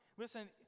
Listen